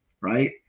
right